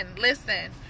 listen